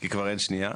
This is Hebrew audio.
היא כבר יד שנייה.